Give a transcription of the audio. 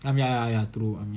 um ya ya true